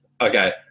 Okay